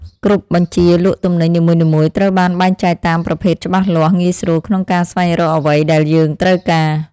គ្រប់បញ្ជរលក់ទំនិញនីមួយៗត្រូវបានបែងចែកតាមប្រភេទច្បាស់លាស់ងាយស្រួលក្នុងការស្វែងរកអ្វីដែលយើងត្រូវការ។